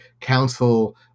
Council